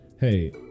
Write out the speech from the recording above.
hey